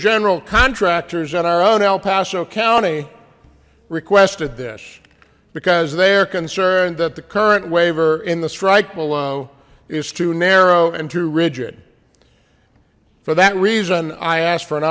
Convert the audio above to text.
general contractor's in our own el paso county requested this because they are concerned that the current waiver in the strike below is too narrow and too rigid for that reason i ask for an